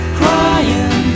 crying